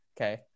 Okay